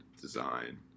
design